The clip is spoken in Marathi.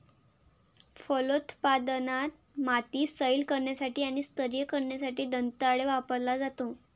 फलोत्पादनात, माती सैल करण्यासाठी आणि स्तरीय करण्यासाठी दंताळे वापरला जातो